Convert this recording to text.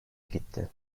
gitti